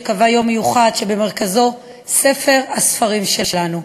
שקבעה יום מיוחד שבמרכזו ספר הספרים שלנו,